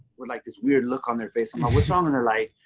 we're like this weird look on their face, ah what's wrong? and they're like,